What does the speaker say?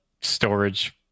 storage